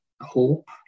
hope